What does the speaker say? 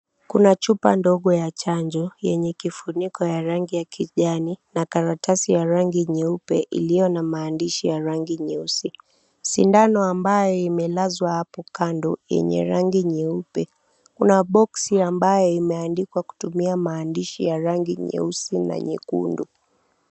Kuna chupa ndogo ya chanjo yenye kifuniko ya rangi ya kijani na karatasi ya rangi nyeupe iliyo na maandishi ya rangi nyeusi. Sindano ambayo imelazwa hapo kando yenye rangi nyeupe. Kuna boksi ambayo imeandikwa kutumia maandishi ya rangi nyeusi na nyekundu.